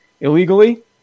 illegally